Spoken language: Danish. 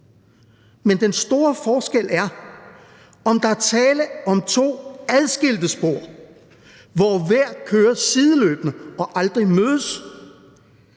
Men den store forskel er, om der er tale om to adskilte spor, hvor hvert spor kører sideløbende og aldrig mødes,